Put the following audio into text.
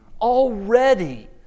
already